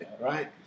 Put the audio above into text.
right